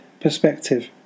Perspective